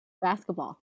Basketball